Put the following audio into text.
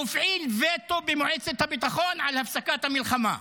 הוא הפעיל וטו במועצת הביטחון על הפסקת המלחמה,